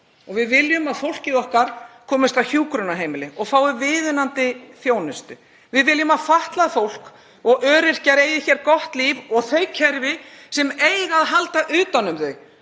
Við viljum að fólkið okkar komist á hjúkrunarheimli og fái viðunandi þjónustu. Við viljum að fatlað fólk og öryrkjar eigi hér gott líf og þau kerfi sem eiga að halda utan um þau